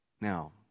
Now